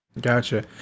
Gotcha